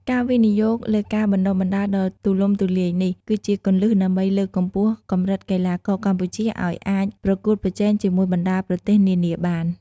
ការវិនិយោគលើការបណ្តុះបណ្តាលដ៏ទូលំទូលាយនេះ គឺជាគន្លឹះដើម្បីលើកកម្ពស់កម្រិតកីឡាករកម្ពុជាឲ្យអាចប្រកួតប្រជែងជាមួយបណ្តាប្រទេសនានាបាន។